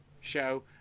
show